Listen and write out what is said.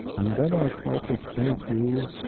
and then i try to explain to you